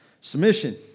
Submission